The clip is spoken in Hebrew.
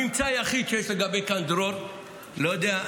הממצא היחיד שיש לגבי "קן דרור" לא יודע,